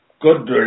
good